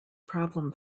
problem